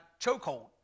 chokehold